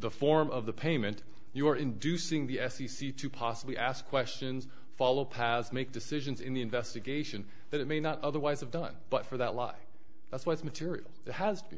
the form of the payment you are inducing the f c c to possibly ask questions follow paths make decisions in the investigation that it may not otherwise have done but for that lie that's what material has to be